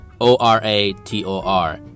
O-R-A-T-O-R